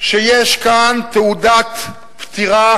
שיש כאן תעודת פטירה.